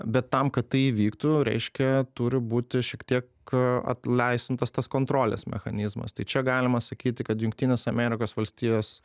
bet tam kad tai įvyktų reiškia turi būti šiek tiek at leisvintas tas kontrolės mechanizmas tai čia galima sakyti kad jungtinės amerikos valstijos